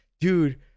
dude